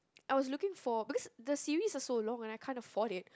I was looking for because the series are so long that I can't afford it